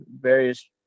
various